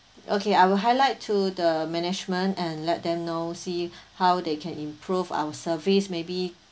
okay I will highlight to the management and let them know see how they can improve our service maybe